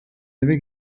eve